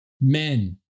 Men